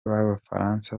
b’abafaransa